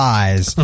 eyes